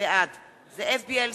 בעד זאב בילסקי,